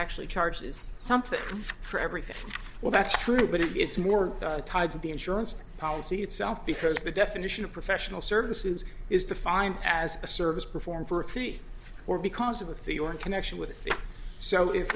actually charges something for everything well that's true but if it's more tied to the insurance policy itself because the definition of professional services is defined as a service performed for a fee or because of the fee or connection with it so if